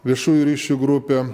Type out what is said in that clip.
viešųjų ryšių grupė